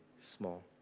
small